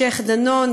שיח'-דנון,